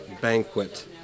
banquet